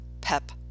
PEP